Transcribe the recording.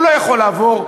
הוא לא יכול לעבור,